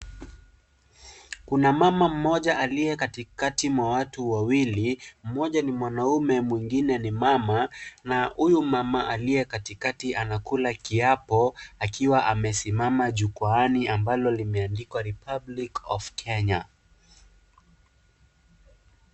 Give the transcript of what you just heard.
Kuna mama mmoja aliyekatikati mwa watu wawili , mmoja NI mwanaume mwingine ni mama na huyu mama aliyekatikati anakula kiapo akiwa amesimama jukwaani ambalo limeandikwa republic of Kenya.